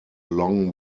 long